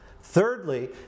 Thirdly